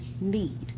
need